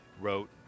wrote